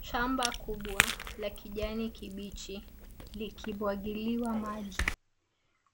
Shamba kubwa la kijani kibichi likimwagiliwa maji.